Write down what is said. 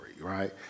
right